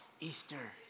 Easter